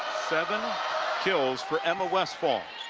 seven kills for emma westphal.